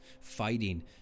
fighting